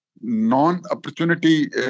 non-opportunity